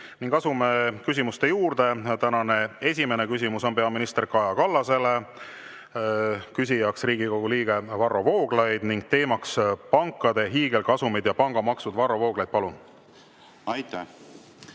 Asume küsimuste juurde. Tänane esimene küsimus on peaminister Kaja Kallasele, küsija on Riigikogu liige Varro Vooglaid ning teema on pankade hiigelkasumid ja pangamaksud. Varro Vooglaid, palun! Asume